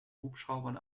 hubschraubern